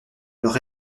leurs